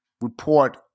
report